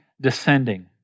descending